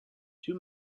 two